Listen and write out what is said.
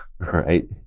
Right